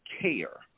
care